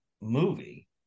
movie